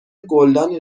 گلدانی